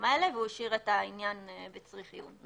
האלה והוא השאיר את העניין ב'צריך עיון'.